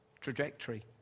Trajectory